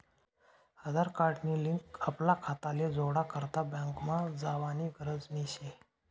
आधार card नी link आपला खाताले जोडा करता बँकमा जावानी गरज नही शे